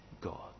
God